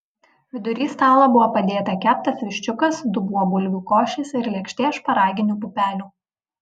vidury stalo buvo padėta keptas viščiukas dubuo bulvių košės ir lėkštė šparaginių pupelių